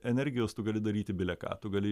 energijos tu gali daryti bile ką tu gali